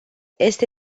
este